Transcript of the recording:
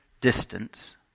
distance